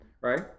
right